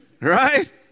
Right